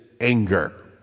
anger